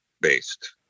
based